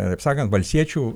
taip sakant valstiečių